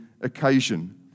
occasion